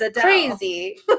crazy